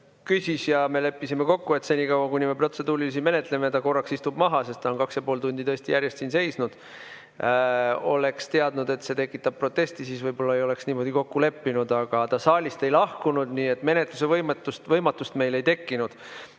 luba] ja me leppisime kokku, et senikaua, kuni me protseduurilisi menetleme, istub ta korraks maha, sest ta on kaks ja pool tundi järjest siin seisnud. Oleks me teadnud, et see tekitab protesti, siis võib-olla ei oleks me niimoodi kokku leppinud. Aga saalist ta ei lahkunud, nii et menetluse võimatust meil ei tekkinud.